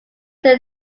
their